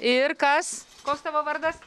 ir kas koks tavo vardas